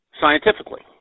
scientifically